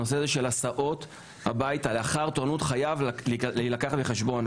הנושא של הסעות הביתה לאחר תורנות חייב להילקח בחשבון.